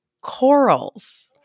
corals